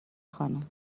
خانم